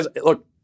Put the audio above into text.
look